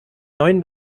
neuen